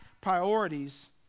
priorities